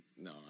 no